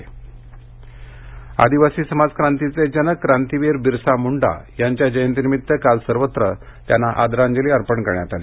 बिरसा मंडा आदिवासी समाज क्रांतीचे जनक क्रांतिवीर बिरसा मुंडा यांच्या जयंतीनिमित्त काल सर्वत्र त्यांना आदरांजली अर्पण करण्यात आली